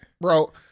bro